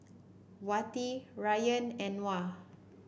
Wati Ryan and Noah